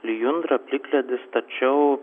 lijundra plikledis tačiau